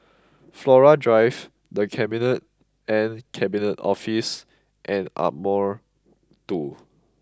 Flora Drive The Cabinet and Cabinet Office and Ardmore Two